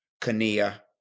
Kania